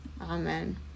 Amen